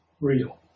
real